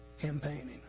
campaigning